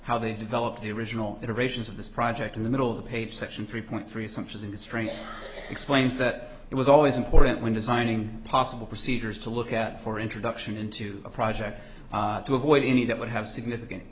how they developed the original iterations of this project in the middle of the page section three point three sumptuous industry explains that it was always important when designing possible procedures to look at for introduction into a project to avoid any that would have significant